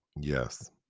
Yes